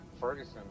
Ferguson